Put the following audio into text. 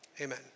Amen